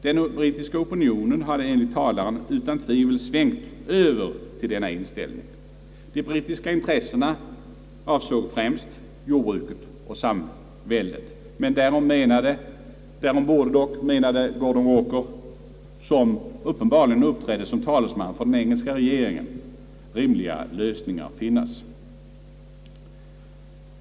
Den brittiska opinionen hade enligt talaren utan tvivel svängt över till denna inställning. De speciella brittiska intressena avsåg främst jordbruket och samväldet. Därom borde dock — menade Gordon Walker, som uppenbarligen uppträdde som talesman för den engelska regeringen — rimliga lösningar finnas.